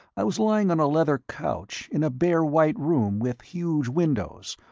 i was lying on a leather couch in a bare white room with huge windows,